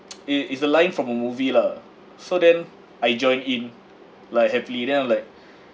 it it's a line from a movie lah so then I joined in like happily then I'm like